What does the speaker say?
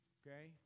okay